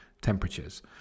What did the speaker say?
temperatures